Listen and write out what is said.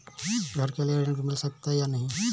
घर के लिए ऋण मिल सकता है या नहीं?